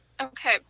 Okay